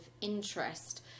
interest